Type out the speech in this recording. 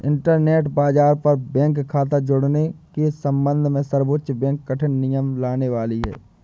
internet बाज़ार पर bank खता जुड़ने के सम्बन्ध में सर्वोच्च बैंक कठिन नियम लाने वाली है